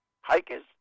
Hikers